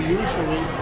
usually